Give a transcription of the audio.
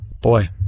Boy